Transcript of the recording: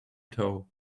tow